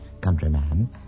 countryman